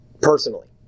personally